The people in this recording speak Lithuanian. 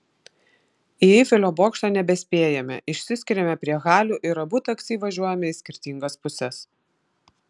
į eifelio bokštą nebespėjame išsiskiriame prie halių ir abu taksi važiuojame į skirtingas puses